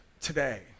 today